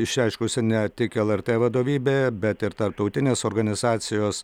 išreiškusi ne tik lrt vadovybė bet ir tarptautinės organizacijos